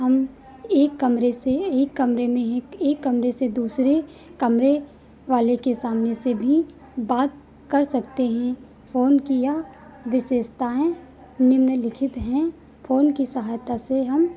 हम एक कमरे से एक कमरे में ही एक कमरे से दूसरे कमरे वाले के सामने से भी बात कर सकते हैं फ़ोन की यह विशेषताएं निम्नलिखित हैं फ़ोन की सहायता से हम